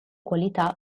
qualità